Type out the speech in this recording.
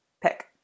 Pick